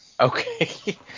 Okay